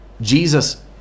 Jesus